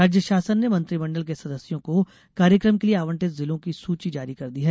राज्य शासन ने मंत्रि मण्डल के सदस्यों को कार्यक्रम के लिये आवंटित जिलों की सूची जारी कर दी है